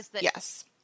Yes